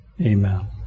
Amen